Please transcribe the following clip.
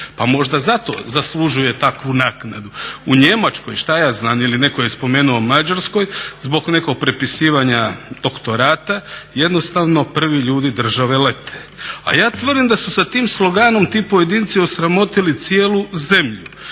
pa možda zato zaslužuje takvu naknadu. U Njemačkoj šta ja znam ili neko je spomenu Mađarskoj zbog nekog prepisivanja doktorata jednostavno prvi ljudi države lete. A ja tvrdim da su sa tim sloganom ti pojedinci osramotili cijelu zemlju.